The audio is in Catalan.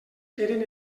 eren